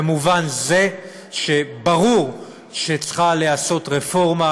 במובן זה שברור שצריכה להיעשות רפורמה,